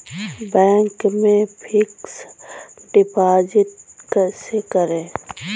Bank में fix deposit कैसे करें?